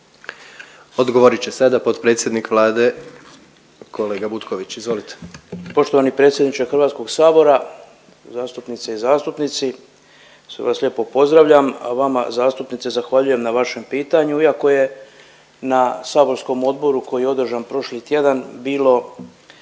Odgovorit će sada potpredsjednik Vlade kolega Butković, izvolite. **Butković, Oleg (HDZ)** Poštovani predsjedniče Hrvatskog sabora, zastupnice i zastupnici sve vas lijepo pozdravljam, a vama zastupnice zahvaljujem na vašem pitanju iako je na saborskom odboru koji je održan prošli tjedan bilo